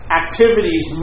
activities